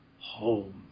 Home